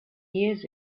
years